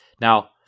Now